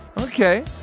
Okay